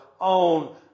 own